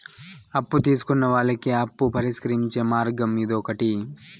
అప్పు తీసుకున్న వాళ్ళకి అప్పు పరిష్కరించే మార్గం ఇదొకటి